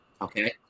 Okay